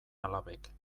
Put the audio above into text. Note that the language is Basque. alabek